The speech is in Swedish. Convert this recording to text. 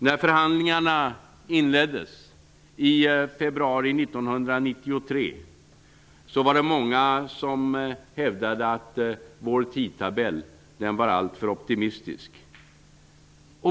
När förhandlingarna inleddes i februari 1993 var det många som hävdade att vår tidtabell var alltför optimistisk.